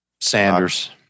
Sanders